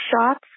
shots